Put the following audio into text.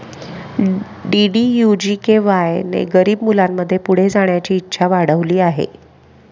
DDU GKY ने गरीब मुलांमध्ये पुढे जाण्याची इच्छा वाढविली आहे